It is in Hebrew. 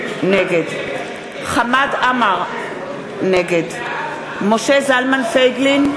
נגד חמד עמאר, נגד משה זלמן פייגלין,